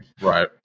Right